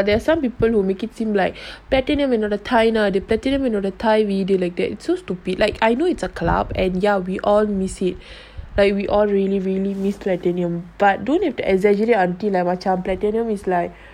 everybody is sad but there are some people who make it seem like platinum என்னோடதாய்நாடு:ennoda thainaadu so stupid like I know it's a club and ya we all miss it like we all really really miss platinium but don't have to exaggerated until macam is like